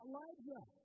Elijah